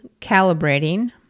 calibrating